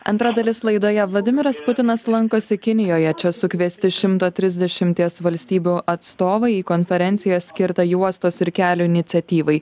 antra dalis laidoje vladimiras putinas lankosi kinijoje čia sukviesti šimto trisdešimties valstybių atstovai į konferenciją skirtą juostos ir kelio iniciatyvai